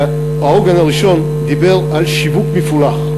והעוגן הראשון דיבר על שיווק מפולח.